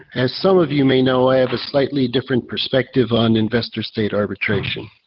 as some of you may know, i have a slightly different perspective on investor state arbitration.